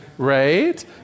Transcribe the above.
Right